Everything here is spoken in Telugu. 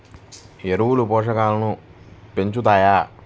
ఎరువులు పోషకాలను పెంచుతాయా?